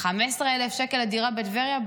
15,000 שקל על דירה בטבריה?